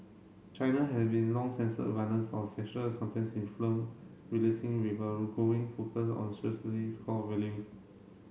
China has been long censored violence or sexual contents in film releasing with a growing focus on socialist core values